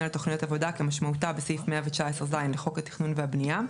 לתוכניות עבודה כמשמעותה בסעיף 119ז לחוק התכנון והבניה,